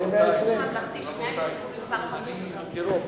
אנחנו פשוט עלולים להצביע פה על